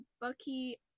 Bucky